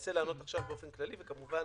אנסה לענות עכשיו באופן כללי, וכמובן